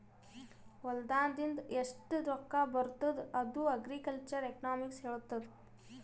ಹೊಲಾದಿಂದ್ ಎಷ್ಟು ರೊಕ್ಕಾ ಬರ್ತುದ್ ಇದು ಅಗ್ರಿಕಲ್ಚರಲ್ ಎಕನಾಮಿಕ್ಸ್ ಹೆಳ್ತುದ್